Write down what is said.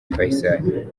faisal